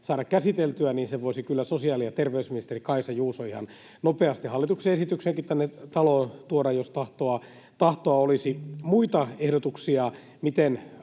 saada käsiteltyä, kyllä sosiaali- ja terveysministeri Kaisa Juuso ihan nopeasti hallituksen esityksenäkin tänne taloon tuoda, jos tahtoa olisi. Muita ehdotuksia, miten